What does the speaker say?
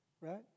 Right